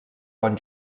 bon